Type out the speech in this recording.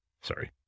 Sorry